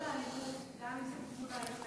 כל האלימות גם אל מול,